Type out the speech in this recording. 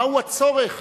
מהו הצורך